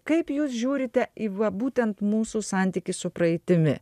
kaip jūs žiūrite į va būtent mūsų santykį su praeitimi